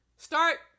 Start